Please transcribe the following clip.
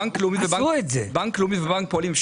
בנק לאומי ובנק הפועלים,